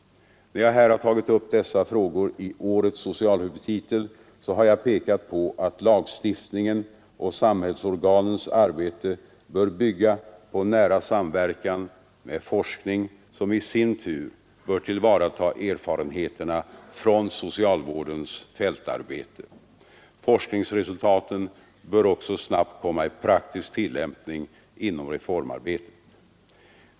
När jag har tagit upp dessa frågor i årets socialhuvudtitel, så har jag pekat på att lagstiftningen och samhällsorganens arbete bör bygga på nära samverkan med forskningen, som i sin tur bör tillvarata erfarenheterna från socialvårdens fältarbete. Forskningsresultaten bör också snabbt komma i praktisk tillämpning inom reformarbetet.